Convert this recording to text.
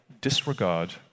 disregard